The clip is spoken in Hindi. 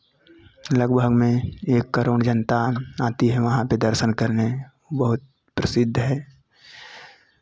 लगभग में एक करोड़ जनता आती है वहाँ पे दर्शन करने बहुत प्रसिद्ध है